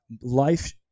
life